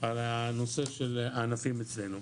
על הנושא של הענפים אצלנו.